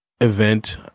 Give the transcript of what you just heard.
event